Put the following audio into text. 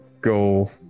go